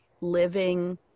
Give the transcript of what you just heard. living